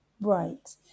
Right